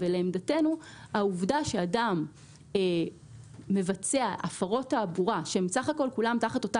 לעמדתנו העובדה שאדם מבצע הפרות תעבורה שהן בסך הכול כולן תחת אותה